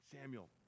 Samuel